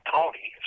Tony